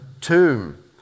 tomb